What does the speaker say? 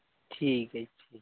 ਠੀਕ ਹੈ ਅੱਛਾ ਜੀ